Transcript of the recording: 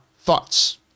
thoughts